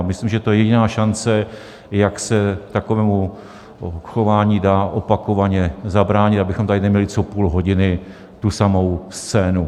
Myslím, že to je jediná šance, jak se takovému chování dá opakovaně zabránit, abychom tady neměli co půl hodiny tu samou scénu.